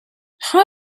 how